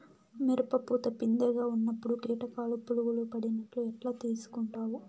మిరప పూత పిందె గా ఉన్నప్పుడు కీటకాలు పులుగులు పడినట్లు ఎట్లా తెలుసుకుంటావు?